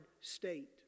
state